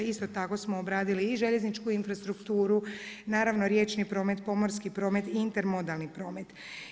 Isto tako smo obradili i željezničku infrastrukturu, naravno riječni promet, pomorski promet i intermodalni promet.